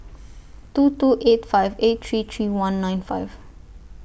two two eight five eight three three one nine five